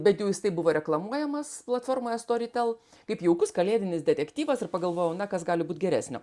bent jau jis taip buvo reklamuojamas platformoje storytel kaip jaukus kalėdinis detektyvas ir pagalvojau na kas gali būt geresnio